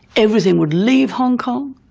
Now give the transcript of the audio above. everything would leave hong kong.